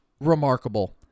remarkable